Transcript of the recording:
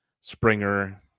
Springer